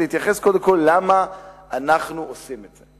להתייחס קודם כול לשאלה למה אנחנו עושים את זה,